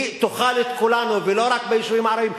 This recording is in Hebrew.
היא תאכל את כולנו, ולא רק ביישובים הערביים.